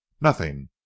Nothing